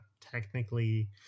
technically